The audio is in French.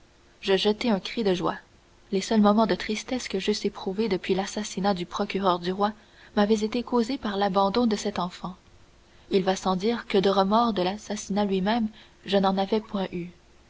je jetai un cri de joie les seuls moments de tristesse que j'eusse éprouvés depuis l'assassinat du procureur du roi m'avaient été causés par l'abandon de cet enfant il va sans dire que de remords de l'assassinat lui-même je n'en avais point eu